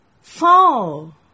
Fall